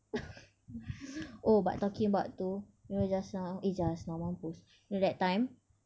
oh but talking about tu you know just now eh just now mampus you know that time